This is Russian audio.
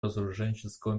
разоруженческого